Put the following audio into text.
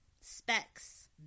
Specs